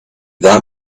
that